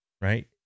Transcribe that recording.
right